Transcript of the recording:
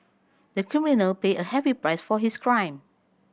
the criminal paid a heavy price for his crime